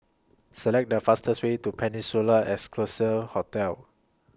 Select The fastest Way to Peninsula Excelsior Hotel